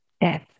death